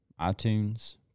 iTunes